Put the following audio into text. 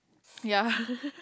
ya